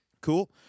Cool